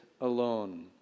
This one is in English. alone